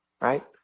right